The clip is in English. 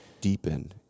deepen